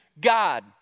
God